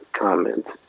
comments